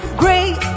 great